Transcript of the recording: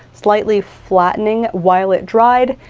slightly flattening while it dried.